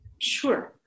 Sure